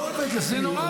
זה נורא ואיום.